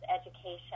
education